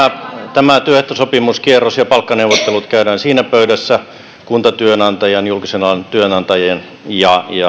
tämä työehtosopimuskierros ja palkkaneuvottelut käydään siinä pöydässä kuntatyönantajan julkisen alan työnantajien ja